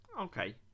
Okay